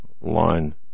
line